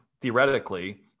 theoretically